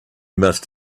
must